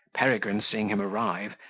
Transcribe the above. peregrine, seeing him arrive,